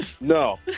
No